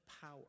power